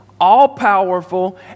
all-powerful